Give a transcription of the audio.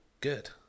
good